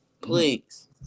Please